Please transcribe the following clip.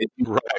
right